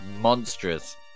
monstrous